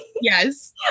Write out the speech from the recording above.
yes